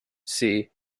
see